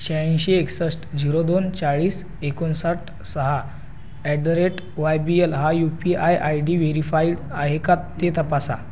शहाऐंशी एकसष्ट झीरो दोन चाळीस एकोणसाठ सहा at the rate Y B L हा U P I I D verified आहे का ते तपासा